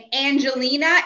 Angelina